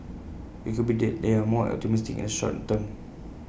IT could be that they're more optimistic in the short term